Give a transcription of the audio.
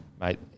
Mate